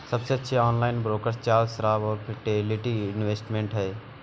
सबसे अच्छे online broker Charles Schwab और फिडेलिटी इन्वेस्टमेंट हैं